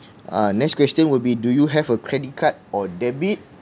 uh next question would be do you have a credit card or debit